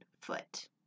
foot